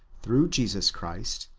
through jesus christ,